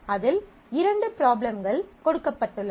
அதில் இரண்டு ப்ராப்ளம்கள் கொடுக்கப்பட்டுள்ளன